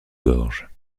gorge